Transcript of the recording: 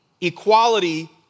equality